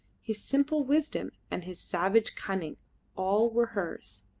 his simple wisdom and his savage cunning all were hers.